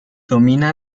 dominaba